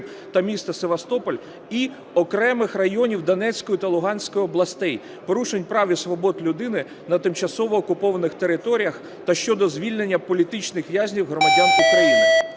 та міста Севастополь і окремих районів Донецької та Луганської областей, порушень прав і свобод людини на тимчасово окупованих територіях та щодо звільнення політичних в'язнів – громадян України".